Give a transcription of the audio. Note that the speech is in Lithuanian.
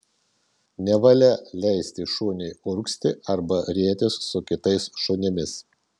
nevalia leisti šuniui urgzti arba rietis su kitais šunimis